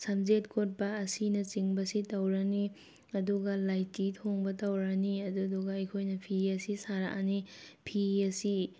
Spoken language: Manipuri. ꯁꯝꯖꯦꯠ ꯀꯣꯠꯄ ꯑꯁꯤꯅꯆꯤꯡꯕꯁꯤ ꯇꯧꯔꯅꯤ ꯑꯗꯨꯒ ꯂꯥꯏꯖꯤ ꯊꯣꯡꯕ ꯇꯧꯔꯅꯤ ꯑꯗꯨꯗꯨꯒ ꯑꯩꯈꯣꯏꯅ ꯐꯤ ꯑꯁꯤ ꯁꯥꯔꯛꯑꯅꯤ ꯐꯤ ꯑꯁꯤ